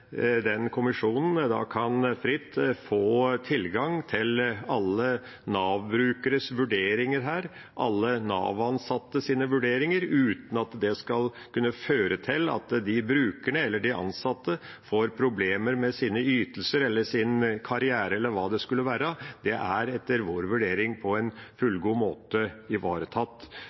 den kommisjonen fritt kan få tilgang til alle Nav-brukeres og Nav-ansattes vurderinger, uten at det skal kunne føre til at brukerne eller de ansatte får problemer med sine ytelser, sin karriere eller hva det skulle være. Det er etter vår vurdering på en fullgod måte ivaretatt.